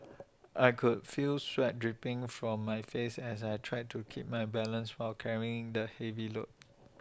I could feel sweat dripping from my face as I tried to keep my balance while carrying the heavy load